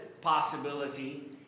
possibility